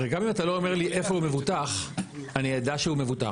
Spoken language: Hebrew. הרי גם אם אתה לא אומר לי איפה הוא מבוטח אני אדע שהוא מבוטח.